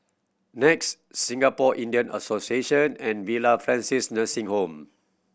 NEX Singapore Indian Association and Villa Francis Nursing Home